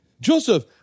Joseph